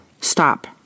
stop